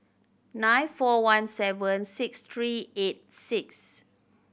nine four one seven six three eight six